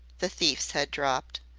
the thief's head dropped.